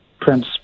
Prince